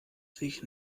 sich